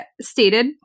stated